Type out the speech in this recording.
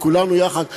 כולנו יחד,